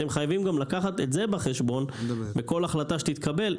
אתם חייבים גם לקחת את זה בחשבון בכל החלטה שתתקבל.